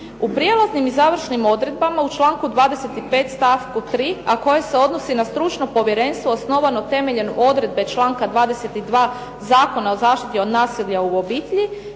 U prijelaznim i završnim odredbama u članku 25. stavku 3. a koje se odnose na stručno povjerenstvo osnovano temeljem odredbe članka 22. Zakona o zaštiti od nasilja u obitelji,